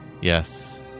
Yes